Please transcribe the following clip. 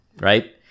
right